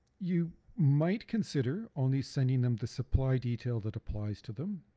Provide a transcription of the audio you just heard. you might consider only sending them the supply detail that applies to them.